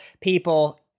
people